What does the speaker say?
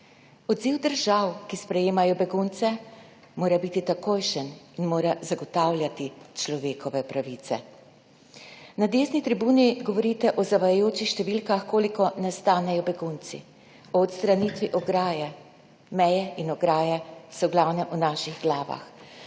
Odziv držav, ki sprejemajo begunce, mora biti takojšen in mora zagotavljati človekove pravice. Na desni tribuni govorite o zavajajočih številkah, koliko nas stanejo begunci, o odstranitvi ograje. Meje in ograje so v glavnem v naših glavah.